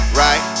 right